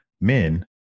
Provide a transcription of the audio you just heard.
men